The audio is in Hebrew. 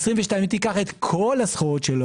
הסחורות שלא